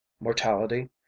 Mortality